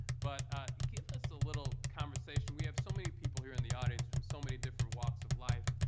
but give us a little conversation. we have so many people here in the audience from so many different walks of life.